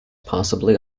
possibly